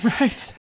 Right